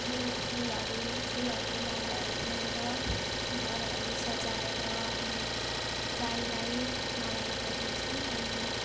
अब फुलहरू फुलहरूको मालाहरू उनेर घरहरू सजाएर अनि गाईलाई माला लगाइदिन्छन् अनि